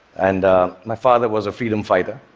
and my father was a freedom fighter.